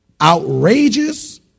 outrageous